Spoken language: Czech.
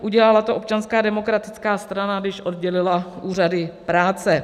Udělala to Občanská demokratická strana, když oddělila úřady práce.